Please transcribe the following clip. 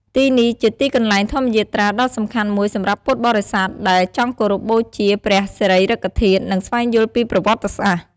ទីនេះជាទីកន្លែងធម្មយាត្រាដ៏សំខាន់មួយសម្រាប់ពុទ្ធបរិស័ទដែលចង់គោរពបូជាព្រះសារីរិកធាតុ និងស្វែងយល់ពីប្រវត្តិសាស្ត្រ។